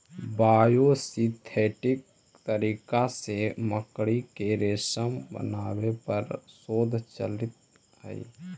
biosynthetic तरीका से मकड़ी के रेशम बनावे पर शोध चलित हई